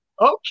Okay